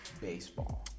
baseball